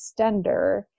extender